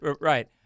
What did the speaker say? right